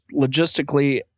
logistically